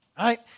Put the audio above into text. right